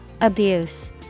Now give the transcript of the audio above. Abuse